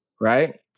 Right